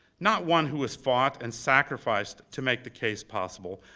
not one who has fought and sacrificed to make the case possible.